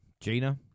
Gina